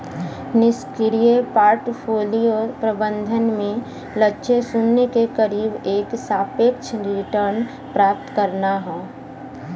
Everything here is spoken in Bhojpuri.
निष्क्रिय पोर्टफोलियो प्रबंधन में लक्ष्य शून्य के करीब एक सापेक्ष रिटर्न प्राप्त करना हौ